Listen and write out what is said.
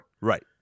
Right